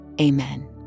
Amen